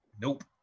Nope